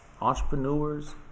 entrepreneurs